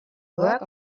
work